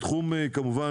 בתחום הפנים,